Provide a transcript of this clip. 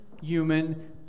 human